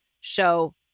show